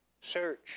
search